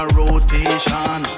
rotation